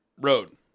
road